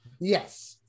Yes